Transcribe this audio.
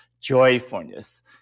joyfulness